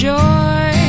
joy